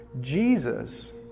Jesus